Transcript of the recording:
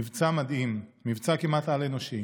מבצע מדהים, מבצע כמעט על-אנושי,